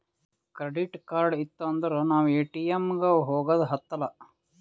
credit card ಇತ್ತು ಅಂದುರ್ ನಾವ್ ಎ.ಟಿ.ಎಮ್ ಗ ಹೋಗದ ಹತ್ತಲಾ